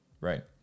right